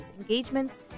engagements